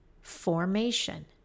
formation